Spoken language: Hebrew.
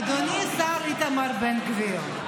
אדוני השר איתמר בן גביר,